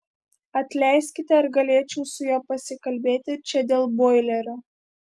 atleiskite ar galėčiau su juo pasikalbėti čia dėl boilerio